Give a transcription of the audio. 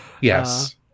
yes